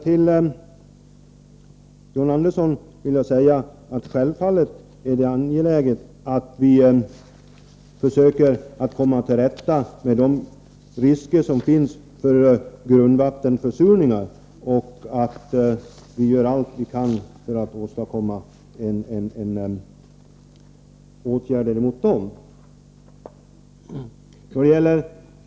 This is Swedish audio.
Till John Andersson: Självfallet är det angeläget att vi försöker komma till rätta med de risker som finns för grundvattenförsurningar och att vi gör allt vad vi kan för att åstadkomma erforderliga åtgärder mot dessa.